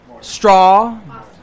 straw